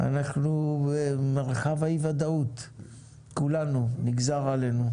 אנחנו במרחב אי הוודאות, כולנו, נגזר עלינו.